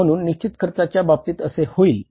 म्हणून निश्चित खर्चाच्या बाबतीत असे होईल